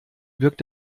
wirkt